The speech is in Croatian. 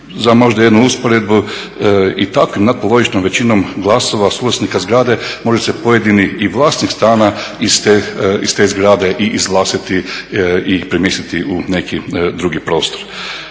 Za možda jednu usporedbu i … većinom glasova suvlasnika zgrade može se pojedini i vlasnik stana iz te zgrade i izglasati i premjestiti u neki drugi prostor.